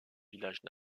village